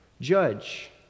judge